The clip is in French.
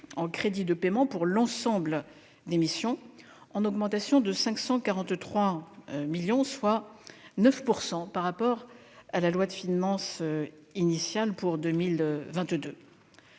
en crédits de paiement pour l'ensemble des missions, en augmentation de 543 millions d'euros, soit une hausse de 9 % par rapport à la loi de finances initiale pour 2022.